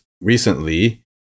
recently